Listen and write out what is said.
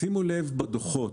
שימו לב לדוחות.